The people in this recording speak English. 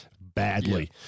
badly